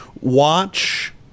watch